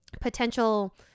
potential